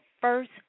first